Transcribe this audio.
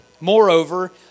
Moreover